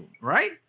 Right